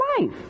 life